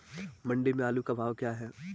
मंडी में आलू का भाव क्या है?